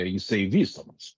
jisai vystomas